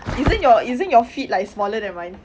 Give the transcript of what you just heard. isn't your isn't your feet like smaller than mine